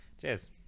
cheers